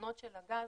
היתרונות של הגז: